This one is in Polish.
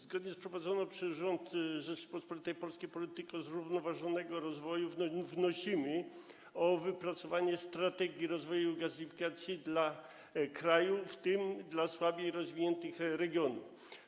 Zgodnie z prowadzoną przez rząd Rzeczypospolitej Polskiej polityką zrównoważonego rozwoju wnosimy o wypracowanie strategii rozwoju gazyfikacji dla kraju, w tym dla słabiej rozwiniętych regionów.